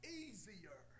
easier